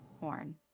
Horn